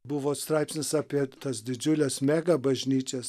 buvo straipsnis apie tas didžiules mega bažnyčias